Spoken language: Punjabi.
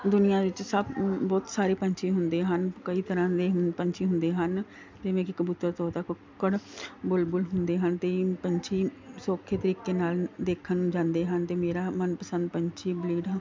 ਦੁਨੀਆਂ ਵਿੱਚ ਸਭ ਬਹੁਤ ਸਾਰੇ ਪੰਛੀ ਹੁੰਦੇ ਹਨ ਕਈ ਤਰ੍ਹਾਂ ਦੇ ਪੰਛੀ ਹੁੰਦੇ ਹਨ ਜਿਵੇਂ ਕਿ ਕਬੂਤਰ ਤੋਤਾ ਕੁੱਕੜ ਬੁਲਬੁਲ ਹੁੰਦੇ ਹਨ ਅਤੇ ਪੰਛੀ ਸੌਖੇ ਤਰੀਕੇ ਨਾਲ ਦੇਖਣ ਨੂੰ ਜਾਂਦੇ ਹਨ ਅਤੇ ਮੇਰਾ ਮਨ ਪਸੰਦ ਪੰਛੀ ਬਲੀਡ